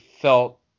felt